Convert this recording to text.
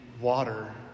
water